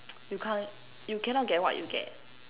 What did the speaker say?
you can't you cannot get what you get